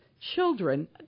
children